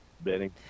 Benny